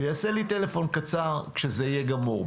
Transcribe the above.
שהוא יעשה לי טלפון קצר כשזה יהיה גמור.